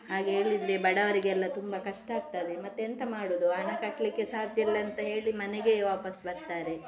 ಹಾಗೆ ಹೇಳಿದರೆ ಬಡವರಿಗೆಲ್ಲ ತುಂಬ ಕಷ್ಟ ಆಗ್ತದೆ ಮತ್ತೆ ಎಂಥ ಮಾಡೋದು ಹಣ ಕಟ್ಟಲಿಕ್ಕೆ ಸಾಧ್ಯ ಇಲ್ಲಂತ ಹೇಳಿ ಮನೆಗೆ ವಾಪಸ್ಸು ಬರ್ತಾರೆ